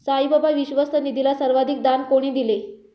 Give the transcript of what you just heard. साईबाबा विश्वस्त निधीला सर्वाधिक दान कोणी दिले?